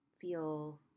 feel